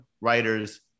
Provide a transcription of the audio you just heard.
writers